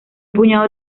puñado